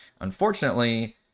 Unfortunately